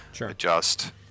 adjust